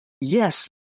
yes